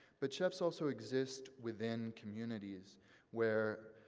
but chefs also exist within communities where